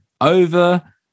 over